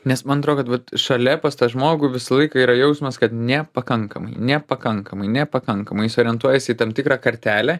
nes man atrodo kad vat šalia pas tą žmogų visą laiką yra jausmas kad nepakankamai nepakankamai nepakankamai jis orientuojasi į tam tikrą kartelę